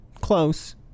Close